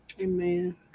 amen